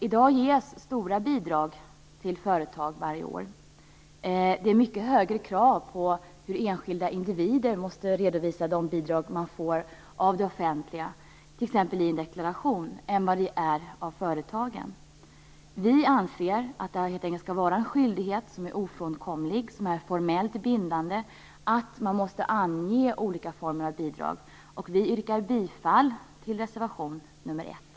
I dag ges stora bidrag till företag varje år. Det ställs mycket högre krav på enskilda individer när det gäller hur man måste redovisa de bidrag man får av det offentliga t.ex. i en deklaration, än på företag. Vi anser att det helt enkelt skall vara en skyldighet - som är ofrånkomlig och som är formellt bindande - att ange olika former av bidrag. Vi yrkar bifall till reservation 1.